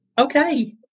Okay